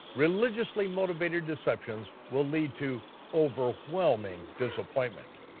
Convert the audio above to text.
religiously motivated deceptions will lead to overwhelming disappointment.